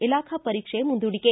ಇಲಾಖಾ ಪರೀಕ್ಷೆ ಮುಂದೂಡಿಕೆ